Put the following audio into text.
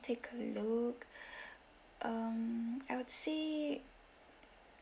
take a look um I would say